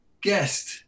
guest